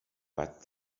but